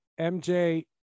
MJ